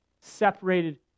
separated